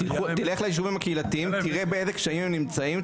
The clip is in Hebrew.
לך ליישובים הקהילתיים תראה באיזה קשיים הם נמצאים,